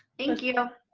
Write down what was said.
thank you. know